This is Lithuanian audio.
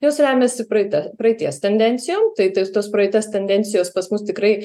jos remiasi praeita praeities tendencijom tai tai tos praeities tendencijos pas mus tikrai